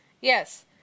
Yes